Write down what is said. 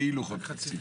לא, זה כאילו חוק תקציב.